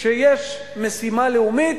כשיש משימה לאומית,